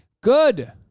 Good